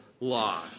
law